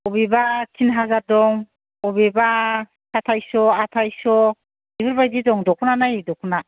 अबेबा तिन हाजार दं अबेबा सातायस स' आतायस स' बेफोरबायदि दं दख'ना नायै दख'ना